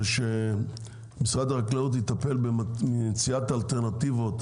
זה שמשרד החקלאות יטפל במציאת אלטרנטיבות